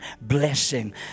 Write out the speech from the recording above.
Blessing